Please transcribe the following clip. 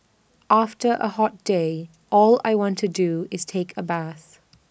after A hot day all I want to do is take A bath